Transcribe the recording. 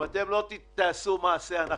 אם לא תעשו מעשה,